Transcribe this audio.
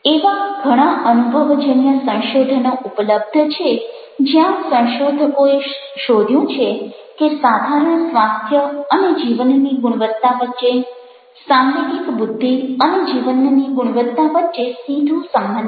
એવા ઘણા અનુભવજન્ય સંશોધનો ઉપલબ્ધ છે જ્યાં સંશોધકોએ શોધ્યું છે કે સાધારણ સ્વાસ્થ્ય અને જીવનની ગુણવત્તા વચ્ચે સાંવેગિક બુદ્ધિ અને જીવનની ગુણવત્તા વચ્ચે સીધો સંબંધ છે